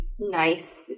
nice